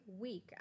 week